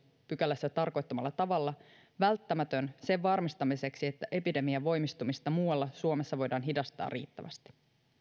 pykälässä tarkoittamalla tavalla välttämätön sen varmistamiseksi että epidemian voimistumista muualla suomessa voidaan hidastaa riittävästi